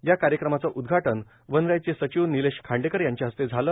या कार्यक्रमाचं उदघाटन वनराईचे सचिव निलेश खांडेकर यांच्या हस्ते झालं